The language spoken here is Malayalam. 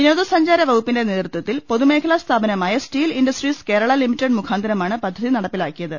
വിനോദസ്ഞ്ചാര് വകുപ്പിന്റെ നേതൃത്വത്തിൽ പൊതുമേഖലാ സ്ഥാപനമായ സ്റ്റീൽ ഇൻഡസ്ട്രീസ് കേരള ലിമിറ്റഡ് മുഖാന്തരമാണ് പദ്ധതി നടപ്പിലാക്കിയത്